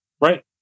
right